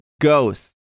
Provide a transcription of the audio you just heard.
ghost